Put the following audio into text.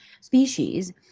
species